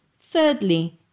Thirdly